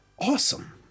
awesome